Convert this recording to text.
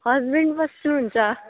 husband बस्नुहुन्छ